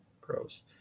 Gross